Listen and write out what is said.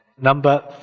number